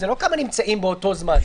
זה לא כמה נמצאים באותו זמן,